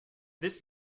this